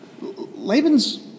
Laban's